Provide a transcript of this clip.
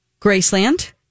Graceland